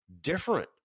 different